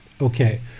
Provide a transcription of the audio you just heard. Okay